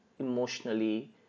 emotionally